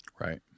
Right